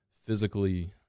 physically